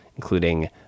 including